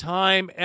time